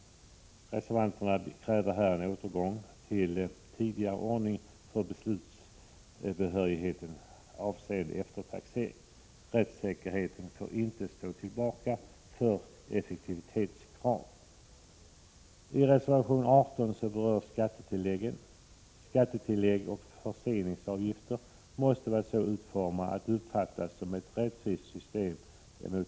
Reservanten kräver en återgång till tidigare ordning för beslutsbehörighet avseende eftertaxering. Rättssäkerheten får inte stå tillbaka för effektiviteten! I reservation 18 berörs skattetilläggen. Skattetillägg och förseningsavgifter måste vara så utformade att de skattskyldiga uppfattar dem som ett rättvist system.